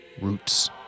Roots